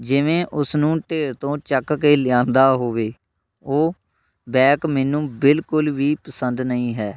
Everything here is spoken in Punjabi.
ਜਿਵੇਂ ਉਸਨੂੰ ਢੇਰ ਤੋਂ ਚੱਕ ਕੇ ਲਿਆਂਦਾ ਹੋਵੇ ਉਹ ਬੈਕ ਮੈਨੂੰ ਬਿਲਕੁਲ ਵੀ ਪਸੰਦ ਨਹੀਂ ਹੈ